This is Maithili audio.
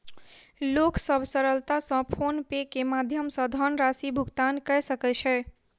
लोक सभ सरलता सॅ फ़ोन पे के माध्यम सॅ धनराशि भुगतान कय सकै छै